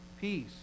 peace